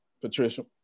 patricia